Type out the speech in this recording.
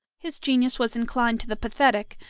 his genius was inclined to the pathetic,